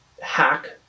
hack